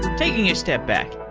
taking a step back,